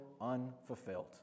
unfulfilled